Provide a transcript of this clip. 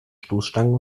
stoßstangen